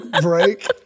break